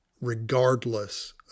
regardless